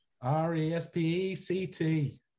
R-E-S-P-E-C-T